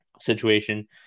situation